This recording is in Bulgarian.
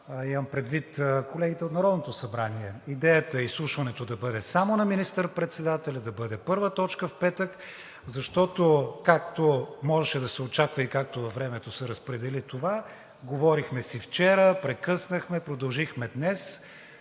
имам предвид колегите от Народното събрание, идеята изслушването да бъде само на министър-председателя, да бъде първа точка в петък, защото, както можеше да се очаква и както във времето се разпредели това, говорихме си вчера, прекъснахме, продължихме днес.